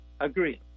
agreed